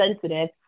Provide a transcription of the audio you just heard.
sensitive